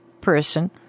person